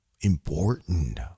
important